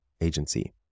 agency